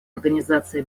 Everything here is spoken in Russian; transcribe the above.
организации